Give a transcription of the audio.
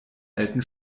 alten